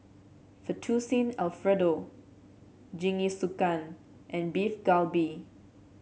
Fettuccine Alfredo Jingisukan and Beef Galbi